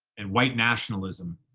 and white nationalism,